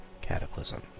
Cataclysm